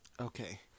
Okay